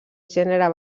gènere